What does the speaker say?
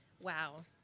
Wow